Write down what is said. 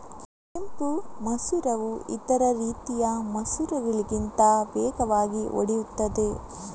ಕೆಂಪು ಮಸೂರವು ಇತರ ರೀತಿಯ ಮಸೂರಗಳಿಗಿಂತ ವೇಗವಾಗಿ ಒಡೆಯುತ್ತದೆ